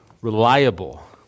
reliable